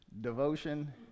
devotion